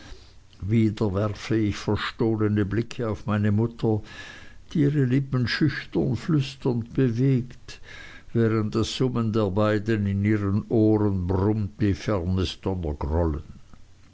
wieder werfe ich verstohlene blicke auf meine mutter die ihre lippen schüchtern flüsternd bewegt während das summen der beiden in ihren ohren brummt wie